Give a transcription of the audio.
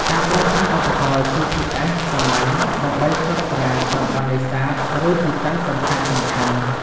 ការប្រើប្រាស់ឧបករណ៍ GPS សាមញ្ញដើម្បីកត់ត្រាតំបន់នេសាទ ឬទីតាំងសំខាន់ៗ។